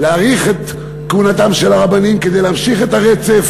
להאריך את כהונתם של הרבנים כדי להמשיך את הרצף